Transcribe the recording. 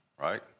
right